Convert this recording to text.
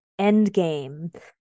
Endgame